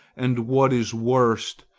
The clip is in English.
and, what is worst,